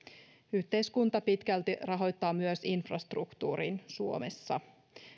yhteiskunta pitkälti rahoittaa myös infrastruktuurin suomessa